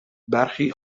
برخی